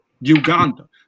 uganda